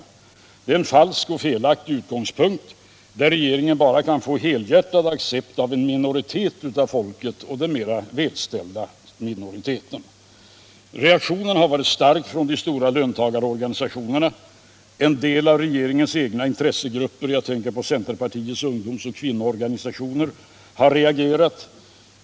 Detta är en falsk och felaktig utgångspunkt, där regeringen bara kan få helhjärtad accept av en minoritet av folket, den mer välställda minoriteten. Reaktionen har varit stark från de stora löntagarorganisationerna. En del av regeringens egna intressegrupper — jag tänker på centerpartiets ungdomsoch kvinnoorganisationer — har reagerat.